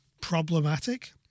problematic